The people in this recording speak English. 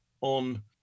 on